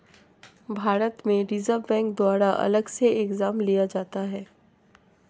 भारत में Reserve Bank द्वारा अलग से एग्जाम लिया जाता है